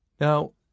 Now